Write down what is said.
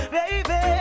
baby